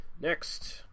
Next